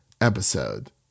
episode